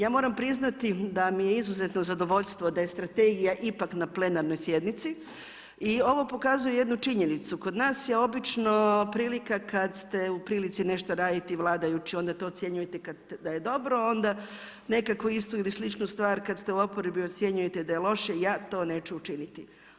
Ja moram priznato da mi je izuzetno zadovoljstvo da je strategija ipak na plenarnoj sjednici i ovo pokazuje jednu činjenicu, kod nas je obično prilika kad ste u prilici nešto raditi vladajući, onda to ocjenjujete da je dobro, onda nekakvu isti ili sličnu stvar kad ste u oporbi ocjenjujete da je loše, ja to neću učiniti.